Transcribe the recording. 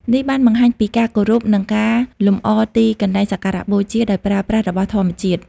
នេះបានបង្ហាញពីការគោរព និងការលម្អទីកន្លែងសក្ការៈបូជាដោយប្រើប្រាស់របស់ធម្មជាតិ។